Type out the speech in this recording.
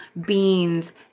beans